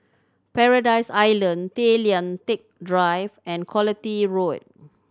Paradise Island Tay Lian Teck Drive and Quality Road